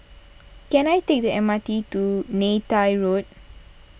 can I take the M R T to Neythai Road